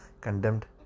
condemned